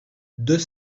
deux